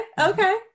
Okay